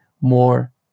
more